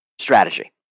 strategy